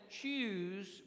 choose